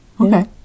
Okay